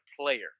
player